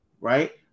right